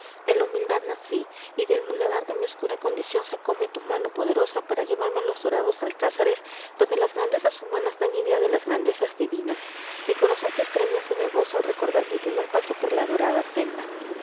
en la humildad nací y del muladar de mi oscura condición sacome tu mano poderosa para llevarme a los dorados alcázares donde las grandezas humanas dan idea de las grandezas divinas mi corazón se estremece de gozo al recordar mi primer paso por la dorada senda